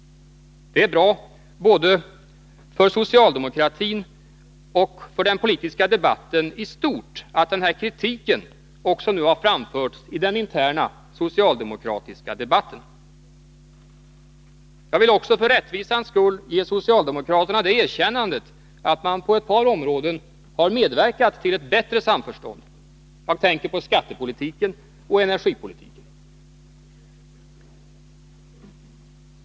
Det är bra både för socialdemokratin och för den politiska debatten i stort att den här kritiken nu har framförts även i den interna socialdemokratiska debatten. Jag vill också för rättvisans skull ge socialdemokraterna det erkännandet att man på ett par områden har medverkat till ett bättre samförstånd. Jag tänker på skattepolitiken och energipolitiken.